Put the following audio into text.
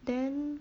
then